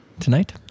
tonight